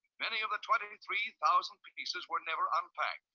many of the twenty three thousand pieces were never unpacked.